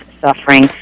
suffering